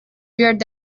wird